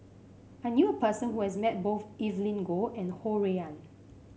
I knew a person who has met both Evelyn Goh and Ho Rui An